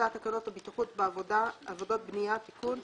הצעת תקנות הבטיחות בעבודה (עבודות בנייה) (תיקון),